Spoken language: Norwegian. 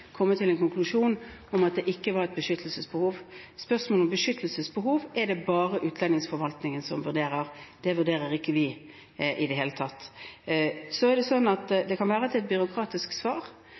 til en konklusjon om at det ikke var et beskyttelsesbehov. Spørsmålet om beskyttelsesbehov er det bare utlendingsforvaltningen som vurderer – det vurderer ikke vi i det hele tatt. Det kan være et byråkratisk svar, men det er altså sånn at